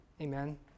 Amen